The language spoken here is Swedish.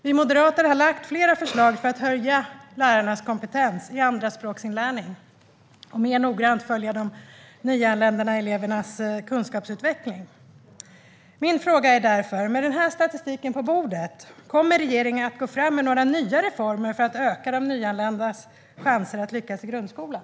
Vi har lagt fram flera förslag för att höja lärarnas kompetens i andraspråksinlärning och mer noggrant följa de nyanlända elevernas kunskapsutveckling. Min fråga är därför: Med denna statistik på bordet, kommer regeringen att lägga fram några nya reformer för att öka de nyanländas chanser att lyckas i grundskolan?